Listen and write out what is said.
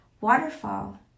Waterfall